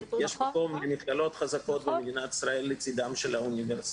יש מקום למכללות חזקות במדינת ישראל לצדן של האוניברסיטאות.